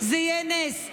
זה יהיה נס.